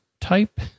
type